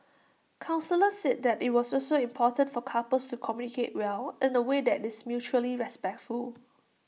counsellors said IT was also important for couples to communicate well in away that is mutually respectful